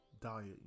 diet